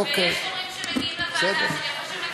ויש הורים שמגיעים לוועדה שלי אחרי שהם מצאו סידור לילדים.